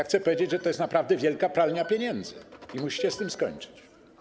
Chcę powiedzieć, że to jest naprawdę wielka pralnia pieniędzy i musicie z tym skończyć.